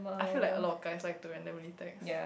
I feel like a lot of guys like to randomly text